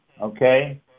okay